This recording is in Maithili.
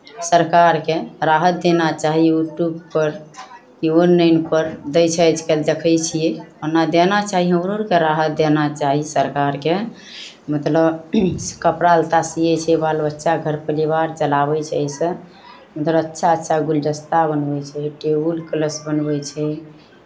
सरकारकेँ राहत देना चाही यूट्यूबपर कि ऑनलाइनपर दै छै आजकल देखै छियै ओना देना चाही हमरो अरकेँ राहत देना चाही सरकारकेँ मतलब कपड़ा लत्ता सियै छै बाल बच्चा घर परिवार चलाबै छै एहिसँ मतलब अच्छा अच्छा गुलदस्ता बनबै छै टेबुल क्लस बनबै छै